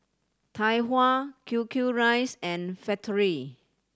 Tai Hua Q Q Rice and Factorie